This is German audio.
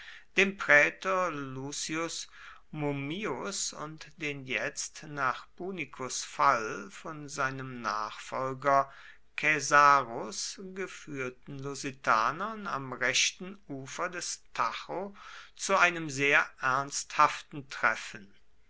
dem prätor lucius mummius und den jetzt nach punicus fall von seinem nachfolger kaesarus geführten lusitanern am rechten ufer des tajo zu einem sehr ernsthaften treffen